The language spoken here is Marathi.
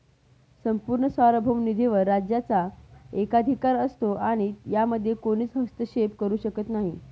संपूर्ण सार्वभौम निधीवर राज्याचा एकाधिकार असतो आणि यामध्ये कोणीच हस्तक्षेप करू शकत नाही